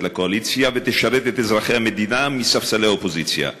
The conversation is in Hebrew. לקואליציה ותשרת את אזרחי המדינה מספסלי האופוזיציה.